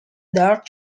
dark